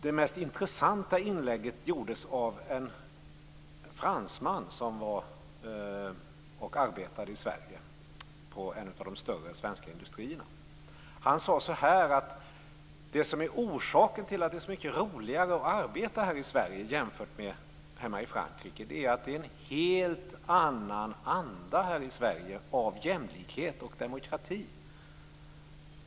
Det mest intressanta inlägget gjordes av en fransman som arbetade i Sverige på en av de större svenska industrierna. Han sade: Det som är orsaken till att det är så mycket roligare att arbeta i Sverige jämfört med hemma i Frankrike är att det är en helt annan anda här i Sverige av jämlikhet och demokrati.